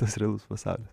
tas realus pasaulis